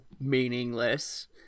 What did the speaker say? meaningless